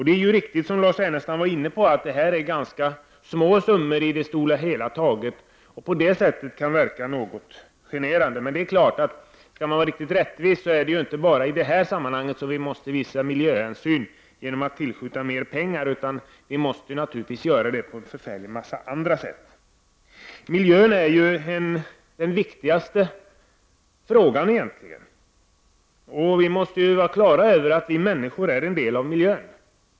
Det rör sig ju, som Lars Ernestam också framhöll, på det hela taget om ganska små summor, och därför kan det verka något generande. Men det är klart att skall man vara riktigt rättvis är det ju inte bara i detta sammanhang som vi måste visa miljöhänsyn genom att tillskjuta mer pengar. Det måste också ske på en mängd andra sätt. Egentligen är ju miljön den viktigaste frågan, och vi måste vara på det klara med att vi människor är en del av miljön.